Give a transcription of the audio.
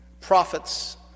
prophets